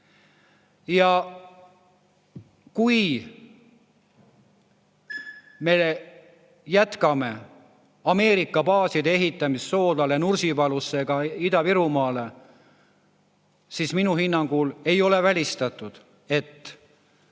Ja kui me jätkame Ameerika baaside ehitamist Soodlasse, Nursipalusse ja Ida-Virumaale, siis minu hinnangul ei ole välistatud, et